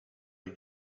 les